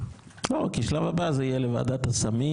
לא, כי השלב הבא יהיה לוועדת הסמים.